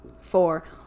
four